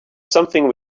something